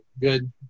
good